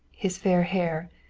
his fair hair,